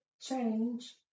change